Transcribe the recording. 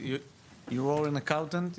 התחלתי אולפן ביוני,